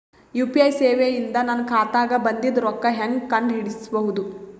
UPI ಸೇವೆ ಇಂದ ನನ್ನ ಖಾತಾಗ ಬಂದಿದ್ದ ರೊಕ್ಕ ಹೆಂಗ್ ಕಂಡ ಹಿಡಿಸಬಹುದು?